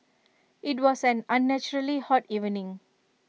IT was an unnaturally hot evening